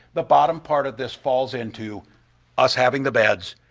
the bottom part of this falls into us having the beds,